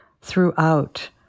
throughout